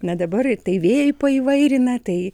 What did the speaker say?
na dabar tai vėjai paįvairina tai